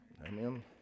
Amen